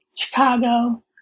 Chicago